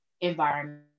environment